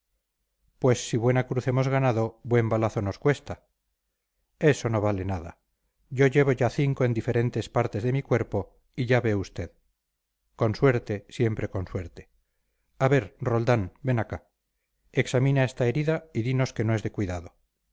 pues si buena cruz hemos ganado buen balazo nos cuesta eso no vale nada yo llevo ya cinco en diferentes partes de mi cuerpo y ya ve usted con suerte siempre con suerte a ver roldán ven acá examina esta herida y dinos que no es de cuidado